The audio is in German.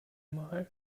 mal